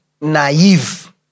naive